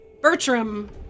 Bertram